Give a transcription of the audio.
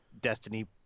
Destiny